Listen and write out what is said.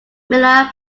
miller